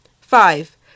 Five